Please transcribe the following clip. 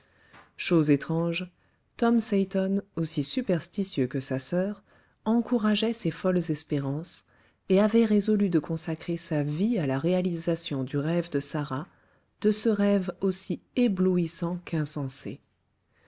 chose étrange tom seyton aussi superstitieux que sa soeur encourageait ses folles espérances et avait résolu de consacrer sa vie à la réalisation du rêve de sarah de ce rêve aussi éblouissant